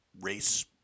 race